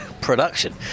production